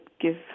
give